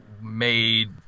made